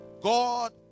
God